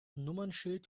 nummernschild